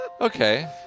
Okay